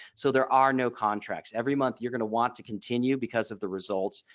so there are no contracts every month you're going to want to continue because of the results,